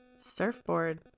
Surfboard